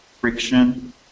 friction